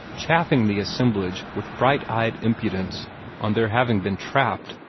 chaffing the assemblage with bright-eyed impudence on their having been trapped,